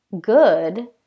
good